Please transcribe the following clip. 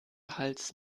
hals